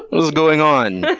what's going on?